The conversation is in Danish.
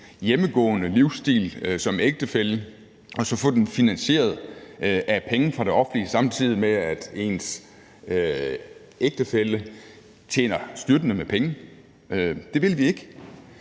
hjemmegående livsstil som ægtefælle og så få den finansieret af penge fra det offentlige, samtidig med at ens ægtefælle tjener styrtende med penge. Det vil vi ikke.